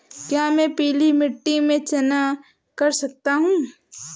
क्या मैं पीली मिट्टी में चना कर सकता हूँ?